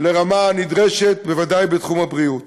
לרמה הנדרשת, בוודאי בתחום הבריאות.